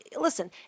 listen